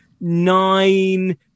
nine